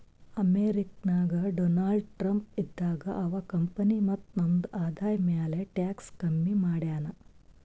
America ನಾಗ್ Donald Trump ಇದ್ದಾಗ ಅವಾ ಕಂಪನಿ ಮತ್ತ ನಮ್ದು ಆದಾಯ ಮ್ಯಾಲ ಟ್ಯಾಕ್ಸ್ ಕಮ್ಮಿ ಮಾಡ್ಯಾನ್